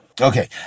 Okay